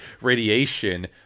radiation